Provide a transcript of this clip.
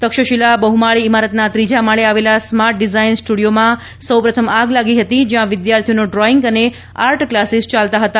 તક્ષશિલા બહ઼માળી ઇમારતના ત્રીજા માળે આવેલા સ્માર્ટ ડિઝાઇન સ્ટુડિયોમાં સૌ પ્રથમ આગ લાગી હતી જ્યાં વિદ્યાર્થીઓનો ડ્રોઇંગ અને આર્ટ કલાસીસ ચાલતા હતા